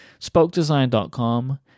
spokedesign.com